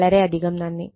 വളരെയധികം നന്ദി